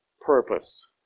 purpose